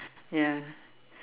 ya